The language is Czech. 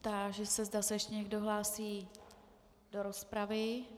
Táži se, zda se ještě někdo hlásí do rozpravy.